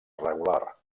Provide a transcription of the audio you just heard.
regular